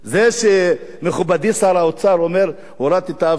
זה שמכובדי שר האוצר אומר: הורדתי את האבטלה,